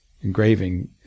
engraving